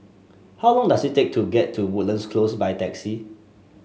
how long does it take to get to Woodlands Close by taxi